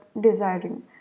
desiring